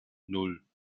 nan